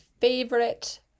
favorite